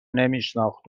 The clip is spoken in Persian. نمیشناخت